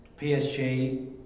PSG